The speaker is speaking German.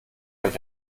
euch